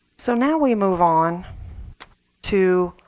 so now we move on to,